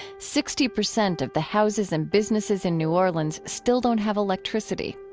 sixty percent of the houses and businesses in new orleans still don't have electricity.